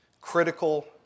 critical